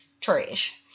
trash